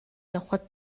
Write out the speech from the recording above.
явахад